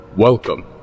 Welcome